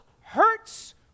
hurts